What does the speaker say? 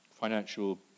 financial